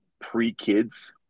pre-kids